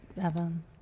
Evan